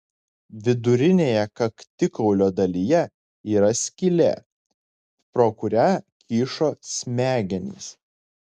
vidurinėje kaktikaulio dalyje yra skylė pro kurią kyšo smegenys